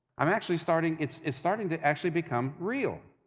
i'm actually starting. it's it's starting to actually become real.